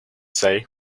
say